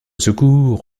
secours